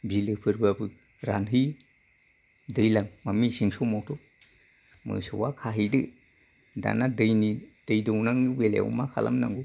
बिलोफोरबाबो रानहैयो दैज्लां बा मेसें समावथ' मोसौआ खाहैदो दाना दैनि दै दौनांगौ बेलायाव मा खालामनांगौ